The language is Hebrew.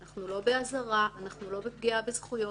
אנחנו לא באזהרה, אנחנו לא בפגיעה בזכויות.